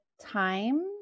time